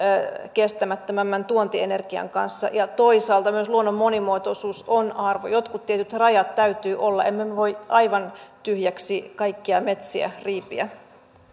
kestämättömämpään tuontienergiaan nähden ja toisaalta myös luonnon monimuotoisuus on arvo jotkut tietyt rajat täytyy olla emme me voi aivan tyhjäksi kaikkia metsiä riipiä